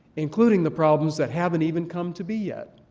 including the problems that haven't even come to be yet.